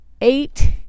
eight